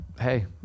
hey